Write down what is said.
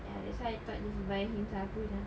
ya that's why I thought just buy sapu jer